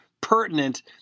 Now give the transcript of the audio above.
pertinent